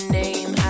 name